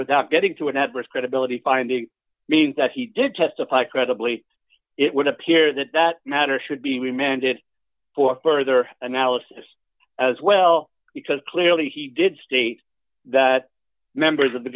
without getting to an adverse credibility find the means that he did testify credibly it would appear that that matter should be remanded for further analysis as well because clearly he did state that members of the